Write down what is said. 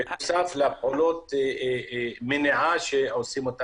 בנוסף לפעולות מניעה שעושים.